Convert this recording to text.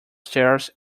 stairs